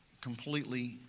completely